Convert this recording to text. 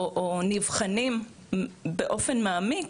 או נבחנים באופן מעמיק,